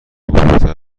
بزرگتر